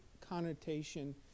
connotation